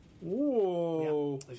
Whoa